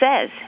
says